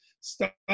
stop